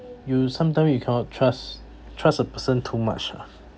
you sometime you cannot trust trust a person too much lah